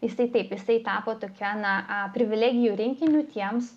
jisai taip jisai tapo tokia na privilegijų rinkiniu tiems